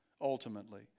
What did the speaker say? ultimately